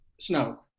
snow